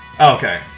okay